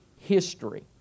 history